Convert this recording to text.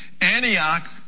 Antioch